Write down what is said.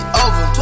over